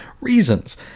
Reasons